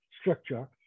structure